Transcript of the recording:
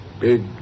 Big